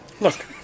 Look